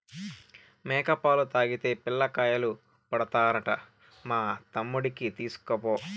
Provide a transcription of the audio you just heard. మేక పాలు తాగితే పిల్లకాయలు పుడతారంట మా తమ్ముడికి తీస్కపో